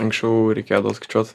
anksčiau reikėdavo skaičiuot